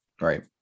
Right